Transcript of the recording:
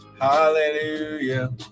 Hallelujah